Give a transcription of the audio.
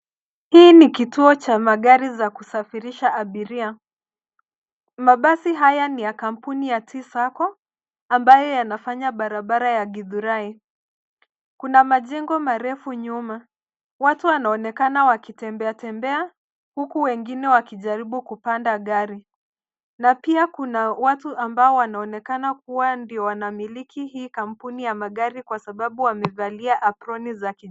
Hii ni kituo cha magari za kusafirisha abiria. Mabasi haya ni ya kampuni ya T Sacco ambayo yanafanya barabara ya Githurai. Kuna majengo marefu nyuma. Watu wanaonekana wakitembeatembea huku wengine wakijaribu kupanda gari na pia kuna watu ambao wanaonekana kuwa ndio wanamiliki hii kampuni ya gari kwa sabau wamevalia aproni za kijani.